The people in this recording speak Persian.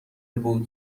بود